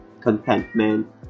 contentment